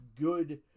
Good